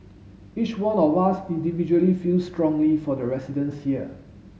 each one of us individually feels strongly for the residents here